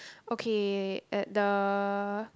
okay at the